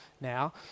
now